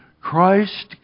Christ